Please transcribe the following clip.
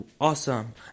awesome